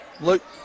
Luke